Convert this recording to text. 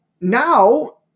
now